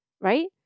right